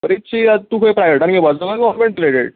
बरीचशी तूं खंय आता प्रायवेटान घेवपाचो काय ओफलायन पिलेटेड